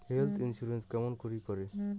Health insurance কেমন করি করে?